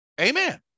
Amen